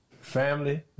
family